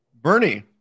Bernie